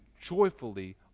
joyfully